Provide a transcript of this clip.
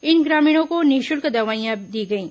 इन ग्रामीणों को निःशुल्क दवाइयां दी गईं